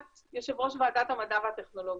את יושבת ראש ועדת המדע והטכנולוגיה,